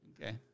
Okay